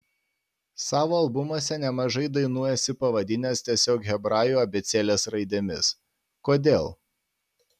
savo albumuose nemažai dainų esi pavadinęs tiesiog hebrajų abėcėlės raidėmis kodėl